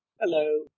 Hello